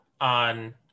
on